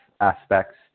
aspects